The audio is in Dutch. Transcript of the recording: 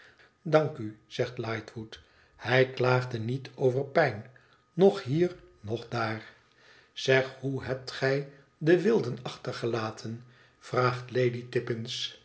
dank u zegt lightwood hij klaagde niet over pijn noch hier noch daar zeg hoe hebt gij de wilden achtergelaten vraagt lady tippins